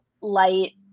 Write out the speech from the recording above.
light